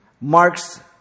marks